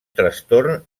trastorn